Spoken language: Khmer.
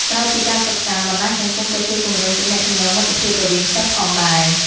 ក្រៅពីការសិក្សា បណ្ដាញសង្គមក៏ជួយពង្រឹងទំនាក់ទំនងមិត្តភាពរវាងសិស្សផងដែរ។